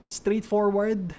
straightforward